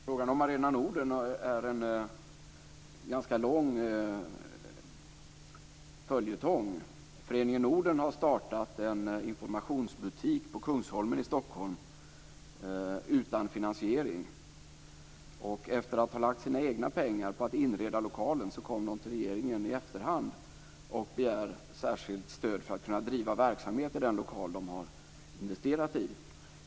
Fru talman! Frågan om Arena Norden är en ganska lång följetong. Föreningen Norden har startat en informationsbutik på Kungsholmen i Stockholm utan finansiering. Efter att ha lagt sina egna pengar på att inreda lokalen kom man i efterhand till regeringen och begärde särskilt stöd för att kunna bedriva verksamhet i den lokal de har investerat i.